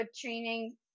training